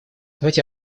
давайте